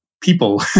people